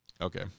Okay